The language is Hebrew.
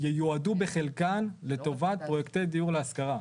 ייועדו בחלקן לטובת פרויקטים של דיור להשכרה.